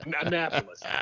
Annapolis